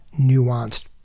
nuanced